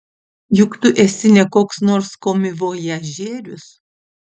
juk tu esi ne koks nors komivojažierius